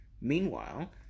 Meanwhile